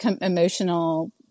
emotional